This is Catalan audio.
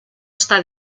està